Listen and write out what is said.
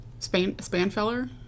Spanfeller